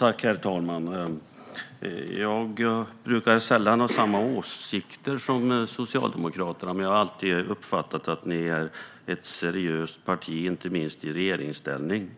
Herr talman! Jag brukar sällan ha samma åsikter som Socialdemokraterna, men jag har alltid uppfattat att ni är ett seriöst parti, inte minst i regeringsställning.